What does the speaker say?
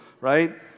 right